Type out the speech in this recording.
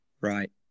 right